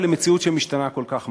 למציאות שמשתנה כל כך מהר.